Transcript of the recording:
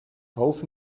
auf